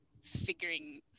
figuring